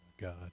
God